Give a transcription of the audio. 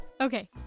Okay